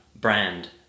brand